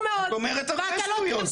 את יכולה להגיד, את אומרת הרבה שטויות.